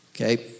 Okay